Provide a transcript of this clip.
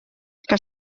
que